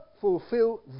fulfill